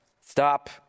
Stop